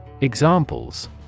Examples